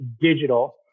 digital